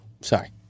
Sorry